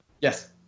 Yes